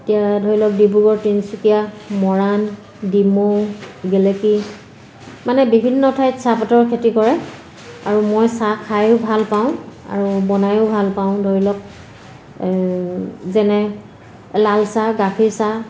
এতিয়া ধৰি লওক ডিব্ৰুগড় তিনচুকীয়া মৰাণ ডিমৌ গেলেকী মানে বিভিন্ন ঠাইত চাহপাতৰ খেতি কৰে আৰু মই চাহ খায়ো ভাল পাওঁ আৰু বনায়ো ভাল পাওঁ ধৰি লওক যেনে লাল চাহ গাখীৰ চাহ